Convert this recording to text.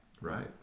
Right